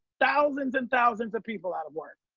thousands and thousands of people out of work.